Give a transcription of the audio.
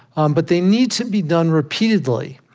um but they need to be done repeatedly.